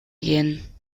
gehen